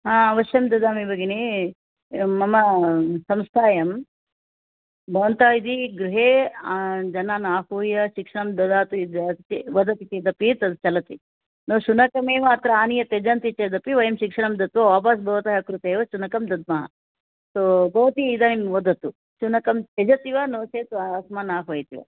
हा अवश्यं ददामि भगिनि मम संस्थायां भवत्याः गृहे जनान् आहूय शिक्षणं ददातु वदति चेदपि तद् चलति न शुनकमेव अत्र आनीय त्यजन्ति चेदपि वयं शिक्षणं दत्वा आपास् भवत्याः कृते एव शुनकं दद्मः तत् भवती इदानीं वदतु शुनकं त्यजति वा नो चेत् अस्मान् आह्वयति वा